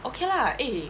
okay lah eh